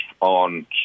on